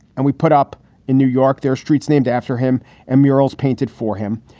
and we put up in new york their streets named after him and murals painted for him.